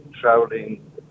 traveling